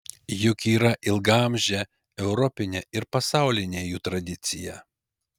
juk yra ilgaamžė europinė ir pasaulinė jų tradicija